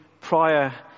prior